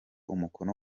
umukono